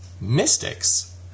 Mystics